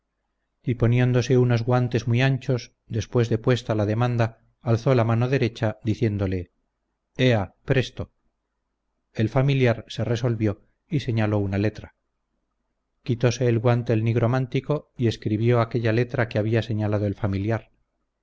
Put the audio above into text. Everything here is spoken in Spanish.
y poniendose unos guantes muy anchos después de puesta la demanda alzó la mano derecha diciéndole ea presto el familiar se resolvió y señaló una letra quitose el guante el nigromántico y escribió aquella letra que había señalado el familiar